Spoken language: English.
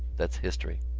that's history.